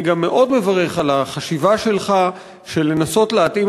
אני גם מאוד מברך על החשיבה שלך של לנסות להתאים